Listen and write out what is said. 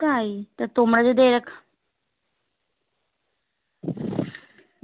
তাই তা তোমরা যদি এরা খ